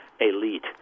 elite